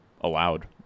allowed